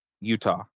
Utah